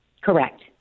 Correct